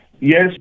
Yes